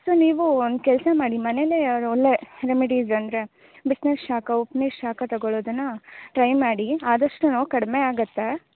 so ನೀವು ಒಂದು ಕೆಲಸ ಮಾಡಿ ಮನೆಲ್ಲೇ ಒಳ್ಳೆಯ ರೆಮಿಡೀಸ್ ಅಂದರೆ ಬಿಸ್ನೀರು ಶಾಖ ಉಪ್ಪು ನೀರು ಶಾಖ ತೊಗೊಳೋದನ್ನ ಟ್ರೈ ಮಾಡಿ ಆದಷ್ಟು ನೋವು ಕಡಿಮೆ ಆಗುತ್ತೆ